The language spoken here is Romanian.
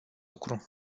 lucru